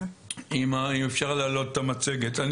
אם אפשר להעלות את המצגת,